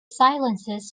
silences